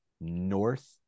north